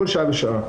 בכל שעה ושעה.